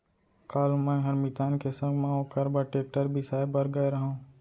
काल मैंहर मितान के संग म ओकर बर टेक्टर बिसाए बर गए रहव